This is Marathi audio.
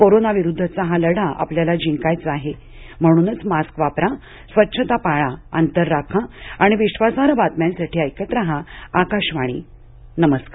कोरोना विरुद्धचा हा लढा आपल्याला जिंकायचा आहे म्हणूनच मास्क वापरा स्वच्छता पाळा अंतर राखा आणि विश्वासार्ह बातम्यांसाठी ऐकत रहा आकाशवाणी नमस्कार